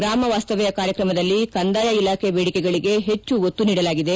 ಗ್ರಾಮ ವಾಸ್ತವ್ಯ ಕಾರ್ಯಕ್ರಮದಲ್ಲಿ ಕಂದಾಯ ಇಲಾಖೆ ದೇಡಿಕೆಗಳಿಗೆ ಹೆಚ್ಚು ಒತ್ತು ನೀಡಲಾಗಿದೆ